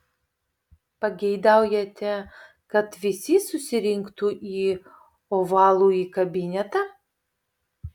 pageidaujate kad visi susirinktų į ovalųjį kabinetą